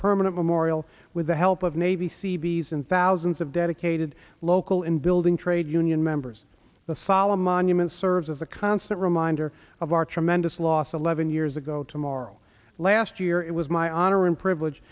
permanent memorial with the help of navy seabees and thousands of dedicated local and building trade union members the solemn monument serves as a constant reminder of our tremendous loss eleven years ago tomorrow last year it was my honor and privilege